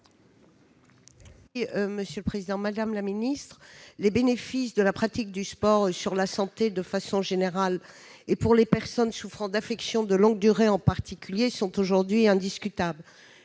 La parole est à Mme Françoise Gatel. Les bénéfices de la pratique du sport pour la santé, de façon générale, et pour les personnes souffrant d'affections de longue durée, en particulier, sont aujourd'hui indiscutables.